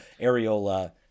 Areola